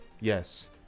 Yes